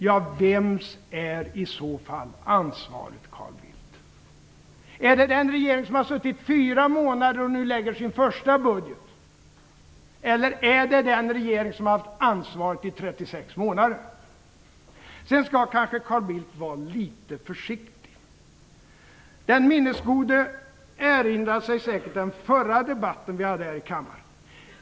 Ja, vem har i så fall ansvaret, Carl Bildt? Är det den regering som har suttit i fyra månader och nu lägger sin första budget eller är det den regering som har haft ansvaret i 36 Sedan skall kanske Carl Bildt vara litet försiktig. Den minnesgode erinrar sig säkert den förra debatten som vi hade här i kammaren.